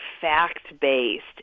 fact-based